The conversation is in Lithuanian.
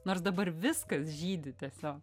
nors dabar viskas žydi tiesiog